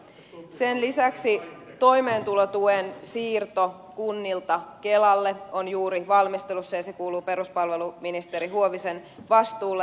sen lisäksi toimeentulotuen siirto kunnilta kelalle on juuri valmistelussa ja se kuuluu peruspalveluministeri huovisen vastuulle